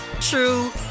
true